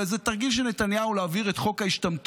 אלא כאיזה תרגיל של נתניהו להעביר את חוק ההשתמטות,